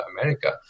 America